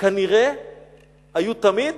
כנראה היו תמיד